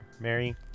Mary